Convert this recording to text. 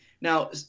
Now